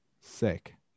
sick